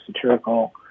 satirical